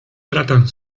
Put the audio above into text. tratan